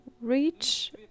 reach